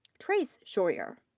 trace shroyer.